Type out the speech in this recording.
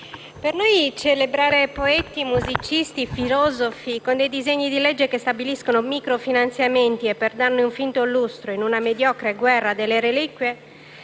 si vuole celebrare poeti, musicisti e filosofi con dei disegni di legge che stabiliscono microfinanziamenti, per darne un finto lustro, in una mediocre guerra delle reliquie